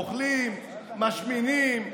אוכלים, משמינים,